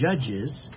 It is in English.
Judges